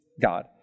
God